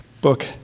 book